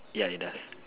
ya it does